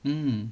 um